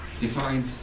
defined